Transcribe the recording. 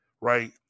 Right